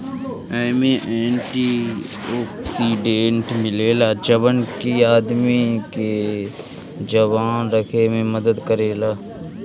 एमे antioxidant मिलेला जवन की आदमी के जवान रखे में मदद करेला